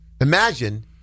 imagine